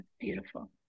Beautiful